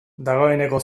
dagoeneko